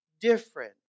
different